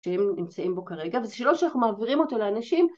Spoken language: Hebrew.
שהם נמצאים בו כרגע וזה שלא שאנחנו מעבירים אותו לאנשים,